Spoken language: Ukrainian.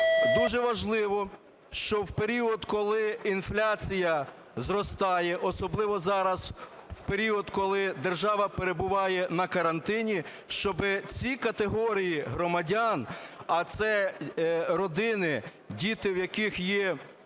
Дуже важливо, що в період, коли інфляція зростає, особливо зараз, в період, коли держава перебуває на карантині, щоб ці категорії громадян, а це родини, діти цих